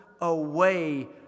away